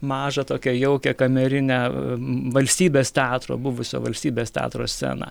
mažą tokią jaukią kamerinę valstybės teatro buvusio valstybės teatro sceną